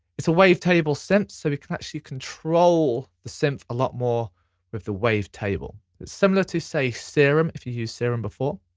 it's a wavetable synth so we can actually control the synth a lot more with the wavetable. it's similar to, say, serum, if you've used serum before.